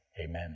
Amen